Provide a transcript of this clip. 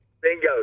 Bingo